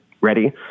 ready